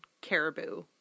caribou